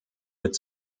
mit